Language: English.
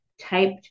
typed